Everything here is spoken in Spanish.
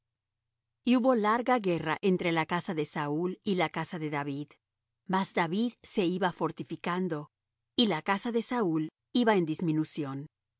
y hubo larga guerra entre la casa de saúl y la casa de david mas david se iba fortificando y la casa de saúl iba en disminución y